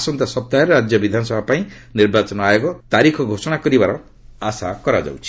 ଆସନ୍ତା ସପ୍ତାହରେ ରାଜ୍ୟ ବିଧାନସଭା ପାଇଁ ନିର୍ବାଚନ ଆୟୋଗ ତାରିଖ ଘୋଷଣା କରିବାର ଆଶା କରାଯାଉଛି